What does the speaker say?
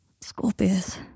Scorpius